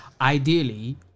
ideally